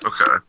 Okay